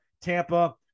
Tampa